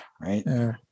right